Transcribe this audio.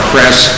Press